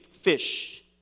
fish